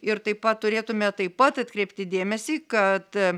ir taip pat turėtume taip pat atkreipti dėmesį kad